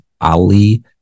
ali